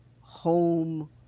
home